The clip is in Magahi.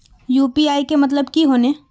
यु.पी.आई के मतलब की होने?